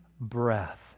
breath